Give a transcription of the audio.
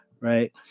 right